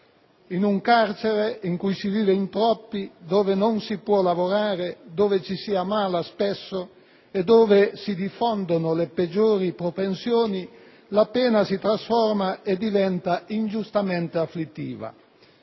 In un carcere in cui si vive in troppi, dove non si può lavorare, dove ci si ammala spesso e dove si diffondono le peggiori propensioni, la pena si trasforma e diventa ingiustamente afflittiva.